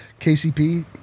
KCP